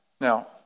Now